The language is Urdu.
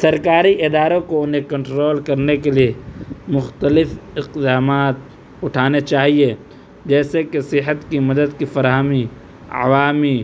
سرکاری اداروں کو انہیں کنٹرول کرنے کے لیے مختلف اقدامات اٹھانے چاہیے جیسے کہ صحت کی مدد کی فراہمی عوامی